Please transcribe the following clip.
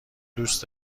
دوست